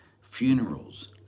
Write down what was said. funerals